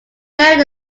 buried